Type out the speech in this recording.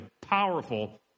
powerful